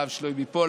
הרב שלוימי פולק,